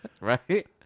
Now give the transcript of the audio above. Right